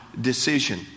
decision